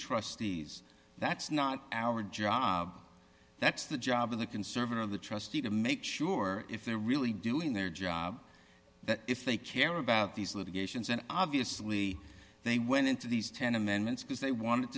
trustees that's not our job that's the job of the conservator of the trustee to make sure if they're really doing their job that if they care about these litigations and obviously they went into these ten amendments because they wanted